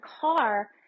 car